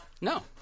No